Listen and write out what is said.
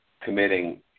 committing